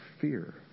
fear